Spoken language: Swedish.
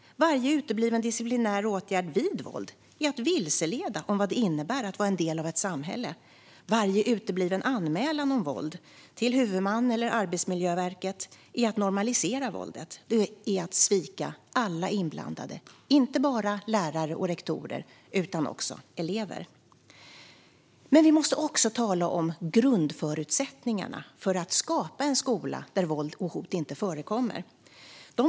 Varje utebliven disciplinär åtgärd vid våld är att vilseleda om vad det innebär att vara en del av ett samhälle. Varje utebliven anmälan om våld till huvudman eller Arbetsmiljöverket är att normalisera våldet. Det är att svika alla inblandade, inte bara lärare och rektorer utan också elever. Vi måste också tala om grundförutsättningarna för att skapa en skola där våld och hot inte förekommer.